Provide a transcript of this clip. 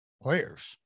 players